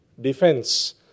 defense